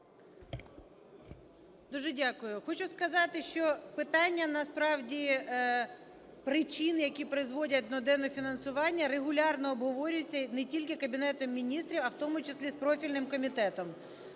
Дуже дякую. Хочу сказати, що питання насправді причин, які призводять до недофінансування, регулярно обговорюються, і не тільки Кабінетом Міністрів, а в тому числі з профільним комітетом.